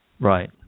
Right